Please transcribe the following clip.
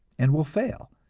and will fail,